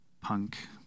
punk